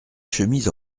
chemises